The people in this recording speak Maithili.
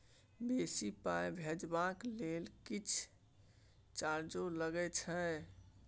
बेसी पाई भेजबाक लेल किछ चार्जो लागे छै?